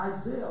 Isaiah